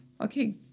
okay